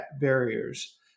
barriers